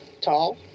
tall